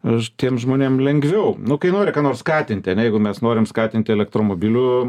aš tiem žmonėm lengviau nu kai nori ką nors skatinti jeigų mes norim skatinti elektromobilių